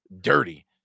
dirty